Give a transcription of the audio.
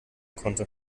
konnte